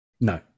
no